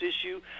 issue